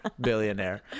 billionaire